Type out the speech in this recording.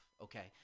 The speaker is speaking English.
okay